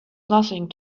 nothing